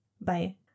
Bye